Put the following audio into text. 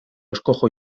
escojo